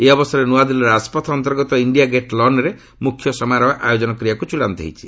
ଏହି ଅବସରରେ ନ୍ତଆଦିଲ୍ଲୀର ରାଜପଥ ଅନ୍ତର୍ଗତ ଇଣ୍ଡିଆ ଗେଟ୍ ଲନ୍ରେ ମୁଖ୍ୟ ସମାରୋହ ଆୟୋଜନ କରିବାକୁ ଚଡ଼ାନ୍ତ ହୋଇଛି